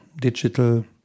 digital